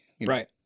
Right